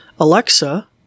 Alexa